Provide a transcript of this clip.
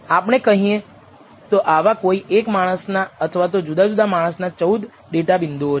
આપણે કહીએ તો આવા કોઈ એક માણસના અથવા તો જુદા જુદા માણસના 14 ડેટા બિંદુઓ છે